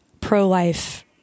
pro-life